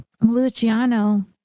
Luciano